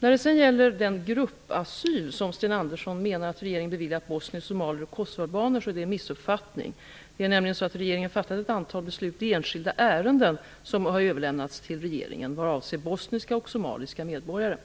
När det sedan gäller den ''gruppasyl'' som Sten Andersson menar att regeringen har beviljat bosnier, somalier och kosovoalbaner vill jag hävda att det är fråga om en missuppfattning. Det är nämligen så att regeringen har fattat ett antal beslut i enskilda ärenden, som avlämnats till regeringen, vad avser bosniska och somaliska medborgare.